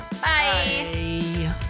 Bye